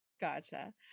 Gotcha